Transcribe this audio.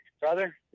brother